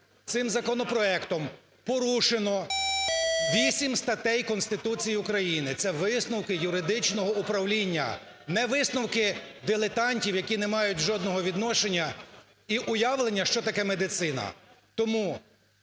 цим законопроектом порушено вісім статей Конституції України, це висновки юридичного управління. Не висновки дилетантів, які не мають жодного відношення і уявлення, що таке медицина.